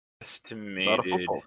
estimated